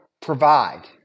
provide